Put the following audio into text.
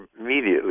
immediately